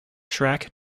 track